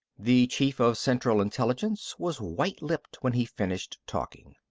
the chief of central intelligence was white-lipped when he finished talking.